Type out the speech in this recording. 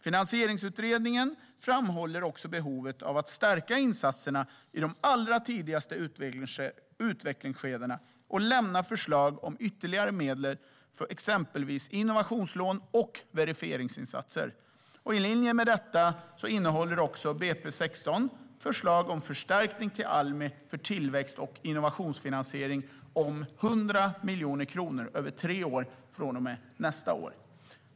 Finansieringsutredningen framhåller också behovet av att stärka insatserna under de allra tidigaste utvecklingsskedena och lämna förslag om ytterligare medel, exempelvis innovationslån och verifieringsinsatser. I linje med detta innehåller budgetpropositionen för 2016 också förslag om förstärkning till Almi för tillväxt och innovationsfinansiering om 100 miljoner kronor över tre år från och med nästa år.